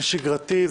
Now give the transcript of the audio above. באופן שגרתי.